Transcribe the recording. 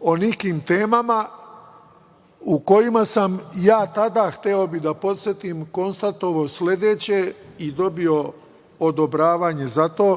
o nekim temama u kojima sam ja tada, hteo bih da podsetim, konstatovao sledeće i dobio odobravanje za to,